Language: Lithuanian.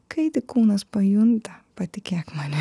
kai tik kūnas pajunta patikėk manim